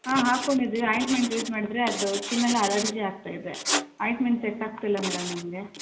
ಹಾಂ ಹಾಕೊಂಡಿದ್ದೀವಿ ointment use ಮಾಡಿದರೆ ಅದು ಸ್ಕಿನ್ ಎಲ್ಲ ಅಲರ್ಜಿ ಆಗ್ತಾಯಿದೆ ಆಯಿಂಟ್ಮೆಂಟ್ ಸೆಟ್ ಆಗ್ತಿಲ್ಲ ಮೇಡಮ್ ನಮಗೆ